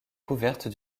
couverte